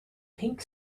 pink